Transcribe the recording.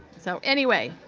so, anyway.